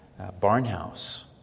barnhouse